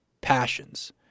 passions